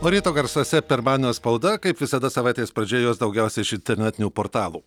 o ryto garsuose pirmadienio spauda kaip visada savaitės pradžioje jos daugiausiai iš internetinių portalų